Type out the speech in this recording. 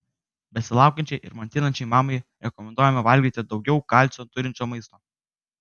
besilaukiančiai ir maitinančiai mamai rekomenduojama valgyti daugiau kalcio turinčio maisto